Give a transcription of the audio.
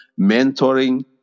mentoring